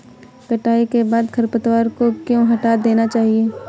कटाई के बाद खरपतवार को क्यो हटा देना चाहिए?